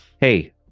Hey